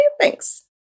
Thanks